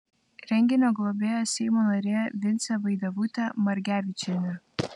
renginio globėja seimo narė vincė vaidevutė margevičienė